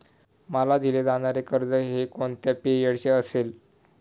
मला दिले जाणारे कर्ज हे कोणत्या पिरियडचे असेल?